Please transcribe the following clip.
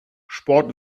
sport